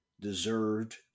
deserved